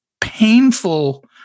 painful